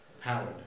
powered